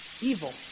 evil